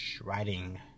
writing